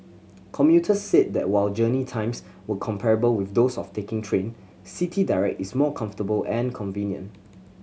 commuters said that while journey times were comparable with those of taking train City Direct is more comfortable and convenient